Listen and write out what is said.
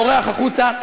בורח החוצה,